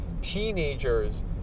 teenager's